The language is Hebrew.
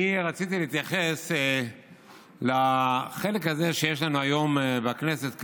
אני רציתי להתייחס לחלק הזה שיש לנו היום בכנסת כאן,